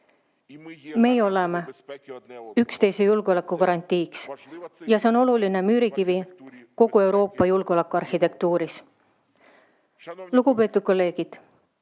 Meie oleme üksteise julgeoleku garantiiks ja see on oluline müürikivi kogu Euroopa julgeolekuarhitektuuris. Lugupeetud kolleegid!